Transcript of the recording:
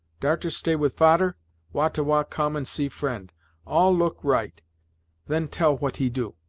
darter stay with fader wah-ta-wah come and see friend all look right then tell what he do.